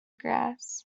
grass